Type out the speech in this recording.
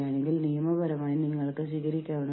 അവരുടെ അടിസ്ഥാന ആവശ്യങ്ങൾ നിറവേറ്റപ്പെടുന്നില്ല